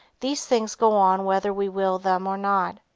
these things go on whether we will them or not.